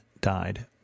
died